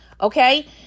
okay